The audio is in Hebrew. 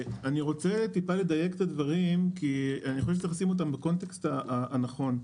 קצת לדייק את הדברים כי צריך לשים אותם בקונטקסט הנכון.